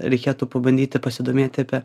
reikėtų pabandyti pasidomėti apie